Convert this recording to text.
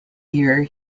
year